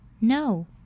No